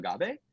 agave